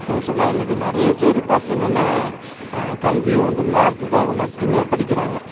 ஏன் சொன்னால் இன்றைக்கி நிறைய பேர் பார்த்தீங்கன்னா கல்வியை வந்து மார்க்குக்காக மட்டுமே படிக்கிறாங்க